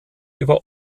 über